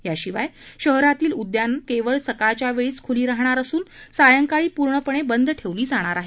याशिवाय शहरातील उद्यानं केवळ सकाळच्या वेळीच खुली राहणार असून संध्याकाळी पूर्णपणे बंद ठेवली जाणार आहेत